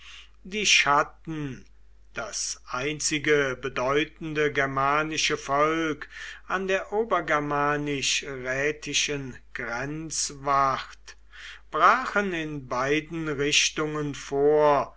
die chatten das einzige bedeutende germanische volk an der obergermanisch rätischen grenzwacht brachen in beiden richtungen vor